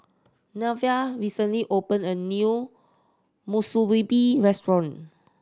Neveah recently opened a new Monsunabe Restaurant